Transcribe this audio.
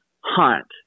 hunt